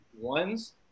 ones